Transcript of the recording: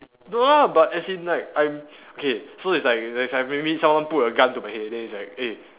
no no but as in like I'm okay so it's like it's like maybe someone put a gun to my head then it's like eh